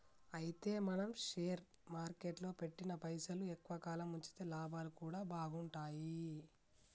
అయితే మనం షేర్ మార్కెట్లో పెట్టిన పైసలు ఎక్కువ కాలం ఉంచితే లాభాలు కూడా బాగుంటాయి